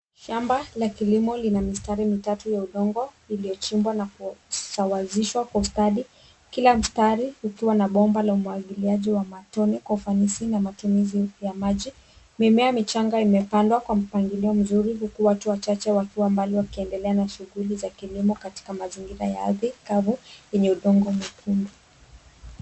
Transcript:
Shamba la kilimo lina mistari mitatu ya udongo iliyochimbwa na kusawazishwa kwa ustadi. Kila mstari ukiwa na bomba la umwagiliaji wa matone kwa ufanisi na matumizi ya maji. Mimea michanga imepandwa kwa mpangilio mzuri huku watu wachache wakiwa mbali wakiendele na shughuli za kilimo katika mazingira ya ardhi kavu yenye udongo mwekundu.